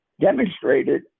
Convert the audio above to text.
demonstrated